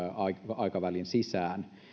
aikavälin sisään